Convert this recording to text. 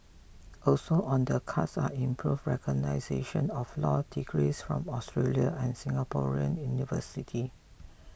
also on the cards are improved recognition of law degrees from Australian and Singaporean university